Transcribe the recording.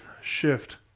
shift